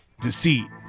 Deceit